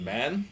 Man